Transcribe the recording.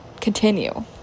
continue